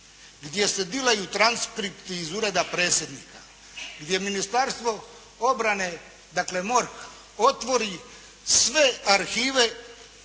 gdje se dilaju transkripti iz Ureda predsjednika, gdje Ministarstvo obrane, dakle MORH otvori sve arhive